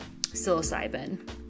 psilocybin